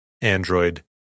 Android